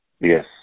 Yes